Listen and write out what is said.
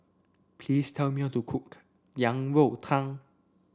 please tell me how to cook Yang Rou Tang